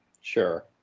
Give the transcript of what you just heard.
Sure